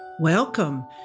Welcome